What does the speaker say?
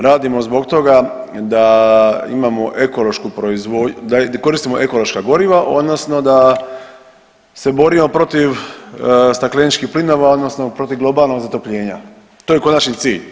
Radimo zbog toga da imamo ekološku proizvodnju, da koristimo ekološka goriva odnosno da se borimo protiv stakleničkih plinova odnosno protiv globalnog zatopljenja, to je konačni cilj.